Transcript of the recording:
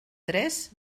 tres